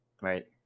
Right